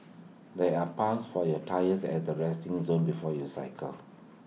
there are pumps for your tyres at the resting zone before you cycle